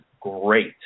great